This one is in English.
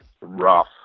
rough